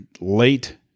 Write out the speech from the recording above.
late